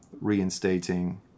reinstating